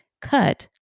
cut